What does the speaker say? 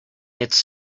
its